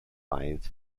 finds